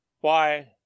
Why